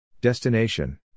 Destination